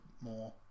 more